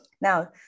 Now